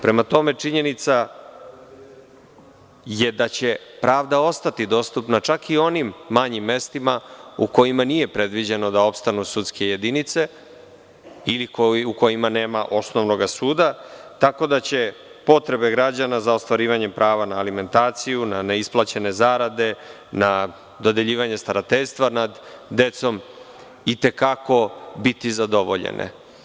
Prema tome, činjenica je da će pravda ostati dostupna čak i onim manjim mestima u kojima nije predviđeno da opstanu sudske jedinice ili u kojima nema osnovnog suda, tako da će potrebe građana za ostvarivanjem prava na alimentaciju, na neisplaćene zarade, na dodeljivanje starateljstva nad decom, i te kako biti zadovoljene.